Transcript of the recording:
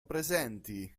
presenti